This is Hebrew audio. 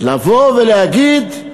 לבוא ולהגיד: